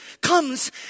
comes